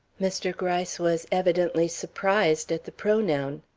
mr. gryce was evidently surprised at the pronoun.